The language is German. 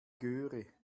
göre